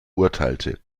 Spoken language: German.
urteilte